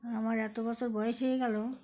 আমার এত বছর বয়স হয়ে গেল